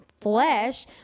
flesh